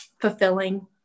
fulfilling